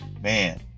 Man